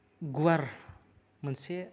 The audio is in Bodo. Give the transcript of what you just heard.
गुवार मोनसे